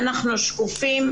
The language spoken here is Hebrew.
אנחנו שקופים,